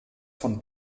von